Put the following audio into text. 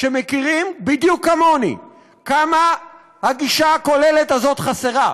שמכירים בדיוק כמוני כמה הגישה הכוללת הזו חסרה,